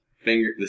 Finger